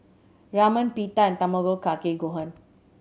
Ramen Pita and Tamago Kake Gohan